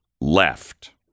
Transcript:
left